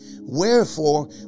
Wherefore